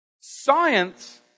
Science